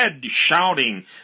shouting